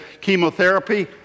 chemotherapy